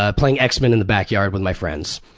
ah playing x-men in the backyard with my friends.